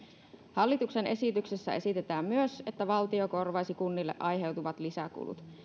hallituksen esityksessä esitetään myös että valtio korvaisi kunnille aiheutuvat lisäkulut